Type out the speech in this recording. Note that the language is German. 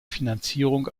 finanzierung